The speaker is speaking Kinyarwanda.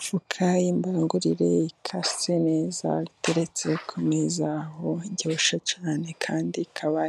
Afoka y' imbangurire ikase neza iteretse ku meza, ikaba iryoshye cyane kandi ikaba